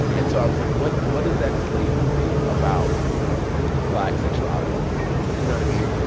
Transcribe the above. and so i was like, what what does that slave movie about black sexuality look like? you know what i mean?